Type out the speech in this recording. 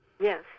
Yes